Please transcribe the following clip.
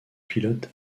pilote